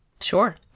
Sure